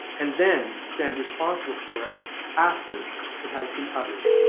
and then stand responsible for it after it has been uttered.